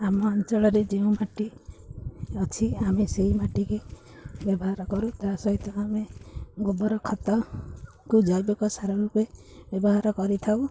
ଆମ ଅଞ୍ଚଳରେ ଯେଉଁ ମାଟି ଅଛି ଆମେ ସେଇ ମାଟିକି ବ୍ୟବହାର କରୁ ତା ସହିତ ଆମେ ଗୋବର ଖତକୁ ଜୈବିକ ସାର ରୂପେ ବ୍ୟବହାର କରିଥାଉ